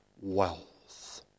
wealth